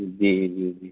جی جی جی